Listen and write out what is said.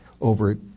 over